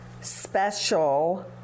special